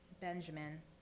Benjamin